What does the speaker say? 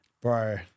Bro